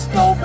no